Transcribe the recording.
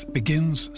begins